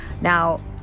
now